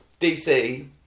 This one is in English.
DC